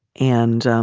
and